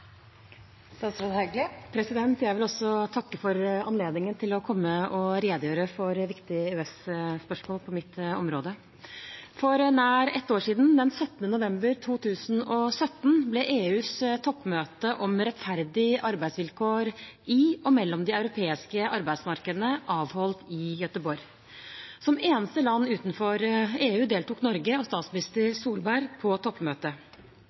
Jeg vil også takke for anledningen til å komme og redegjøre om viktige EU- og EØS-spørsmål på mitt område. For nær ett år siden, den 17. november 2017, ble EUs toppmøte om rettferdige arbeidsvilkår i og mellom de europeiske arbeidsmarkedene avholdt i Göteborg. Som eneste land utenfor EU deltok Norge og statsminister Solberg på toppmøtet.